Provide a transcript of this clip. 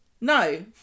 No